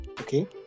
Okay